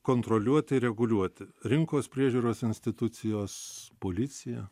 kontroliuoti ir reguliuoti rinkos priežiūros institucijos policija